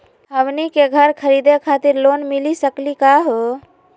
हमनी के घर खरीदै खातिर लोन मिली सकली का हो?